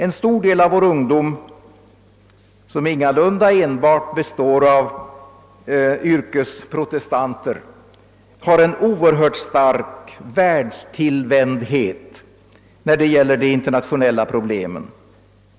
En stor del av vår ungdom, som ingalunda enbart består av »yrkesprotestanter», har en oerhört stark världstillvändhet när det gäller de internationella problemen.